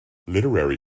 literary